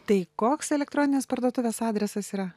tai koks elektroninės parduotuvės adresas yra